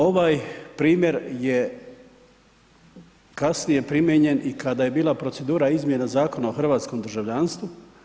Ovaj primjer je kasnije primijenjen i kada je bila procedura izmjena Zakona o hrvatskom državljanstvu.